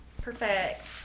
Perfect